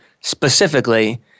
specifically